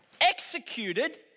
executed